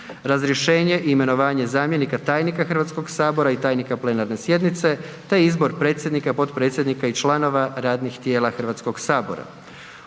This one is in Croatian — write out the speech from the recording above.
razrješenju i imenovanju zamjenika tajnika Hrvatskog sabora i tajnika plenarne sjednice 6. Izbor predsjednika, potpredsjednika i članova radnih tijela; Odbora